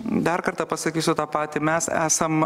dar kartą pasakysiu tą patį mes esam